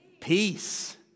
peace